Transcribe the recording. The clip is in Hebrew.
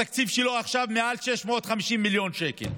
התקציב שלו עכשיו מעל 650 מיליון שקל.